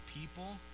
people